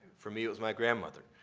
for me it was my grandmother.